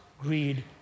greed